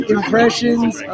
impressions